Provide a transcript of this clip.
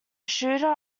shooter